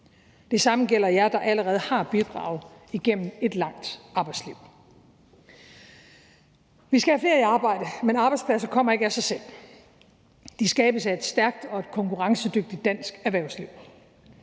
Det samme gælder jer, der allerede har bidraget igennem et langt arbejdsliv. Vi skal have flere i arbejde, men arbejdspladser kommer ikke af sig selv. De skabes af et stærkt og konkurrencedygtigt dansk erhvervsliv.